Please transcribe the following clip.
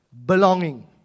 Belonging